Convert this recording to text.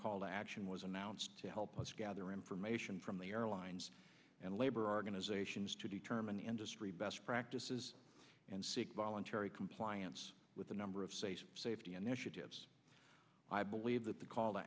called action was announced to help us gather information from the airlines and labor organizations to determine industry best practices and seek voluntary compliance with a number of safety safety initiatives i believe that the call t